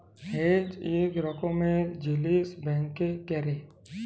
hedge ইক রকমের জিলিস ব্যাংকে ক্যরে